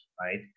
right